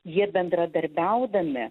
jie bendradarbiaudami